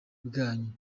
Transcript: bwanyu